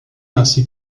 ainsi